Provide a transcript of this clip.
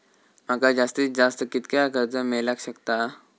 माका जास्तीत जास्त कितक्या कर्ज मेलाक शकता?